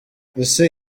ese